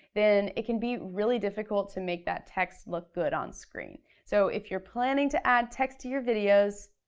then it can be really difficult to make that text look good on screen. so if you're planning to add text to your videos,